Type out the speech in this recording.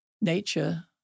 nature